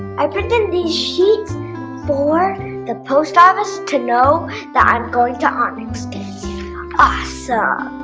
i printed these sheets for the post office to know that i'm going to onyx ah so